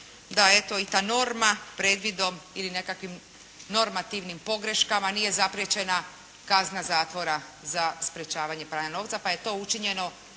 da eto i ta norma prekidom ili nekakvim normativnim pogreškama nije zapriječena kazna zatvora za sprječavanje pranja novca pa je to učinjeno